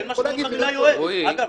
אגב,